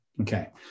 Okay